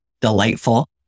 delightful